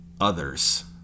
Others